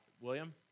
William